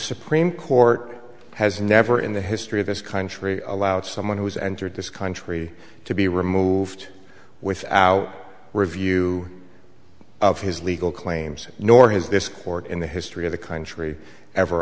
supreme court has never in the history of this country allowed someone who has entered this country to be removed without review of his legal claims nor has this court in the history of the country ever